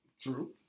True